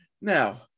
Now